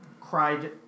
cried